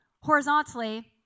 horizontally